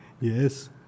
Yes